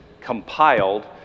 compiled